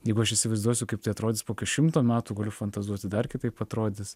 jeigu aš įsivaizduosiu kaip tai atrodys po šimto metų galiu fantazuoti dar kitaip atrodys